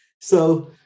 So-